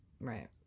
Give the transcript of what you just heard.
Right